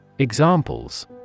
Examples